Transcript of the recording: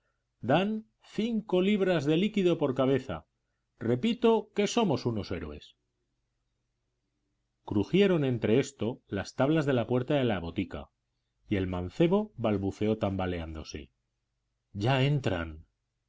dan cinco libras de líquido por cabeza repito que somos unos héroes crujieron en esto las tablas de la puerta de la botica y el mancebo balbuceó tambaleándose ya entran